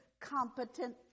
competent